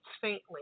faintly